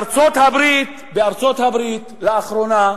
איפה בחוק כתוב, בארצות-הברית, לאחרונה,